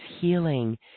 healing